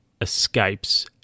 escapes